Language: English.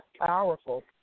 powerful